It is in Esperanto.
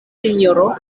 sinjoro